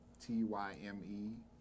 t-y-m-e